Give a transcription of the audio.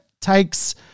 takes